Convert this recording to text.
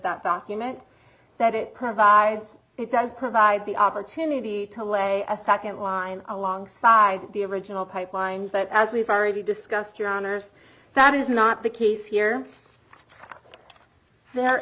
document that it provides it does provide the opportunity to lay a nd line alongside the original pipeline but as we've already discussed your honour's that is not the case here there